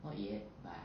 not yet but